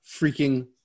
freaking